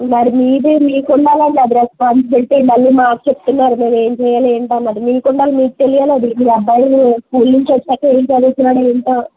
మరి మీది మీకు ఉండాలండి ఆ రెస్పాన్సిబిలిటీ మళ్ళీ మాకు చెప్తున్నారు మేమేం చెయ్యాలి ఏంటి అన్నది మీకు ఉండాలి మీకు తెలియాలి అది మీ అబ్బాయి స్కూల్ నుంచి వచ్చాక ఏం చదువుతున్నాడు ఏంటి